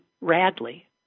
Radley